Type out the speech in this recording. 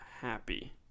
happy